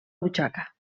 butxaca